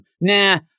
Nah